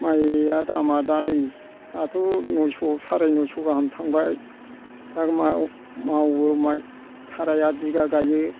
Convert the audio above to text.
माइया दामा दा नै दाथ' नयस' सारायनयस' गाहाम थांबाय दाग माव मावो सारायआथ बिगा गायो